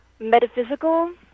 metaphysical